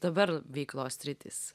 dabar veiklos sritys